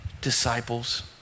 disciples